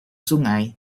sungai